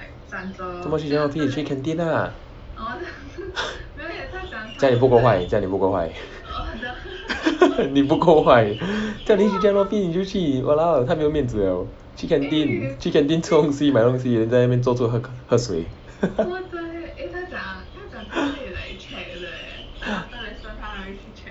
做么去 general office 去 canteen lah 这样你不够坏这样你不够坏你不够坏叫你去 general office 你就去 !walao! 太没有面子了去 canteen 去 canteen 吃东西买东西 then 在那边坐住喝水